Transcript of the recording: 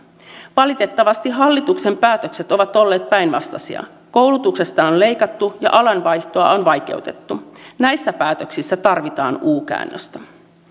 valitettavasti hallituksen päätökset ovat olleet päinvastaisia koulutuksesta on leikattu ja alanvaihtoa on vaikeutettu näissä päätöksissä tarvitaan u käännöstä